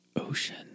ocean